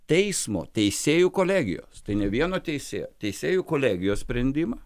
teismo teisėjų kolegijos tai ne vieno teisėjo teisėjų kolegijos sprendimą